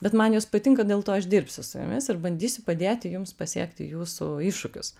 bet man jos patinka dėl to aš dirbsiu su jumis ir bandysiu padėti jums pasiekti jūsų iššūkius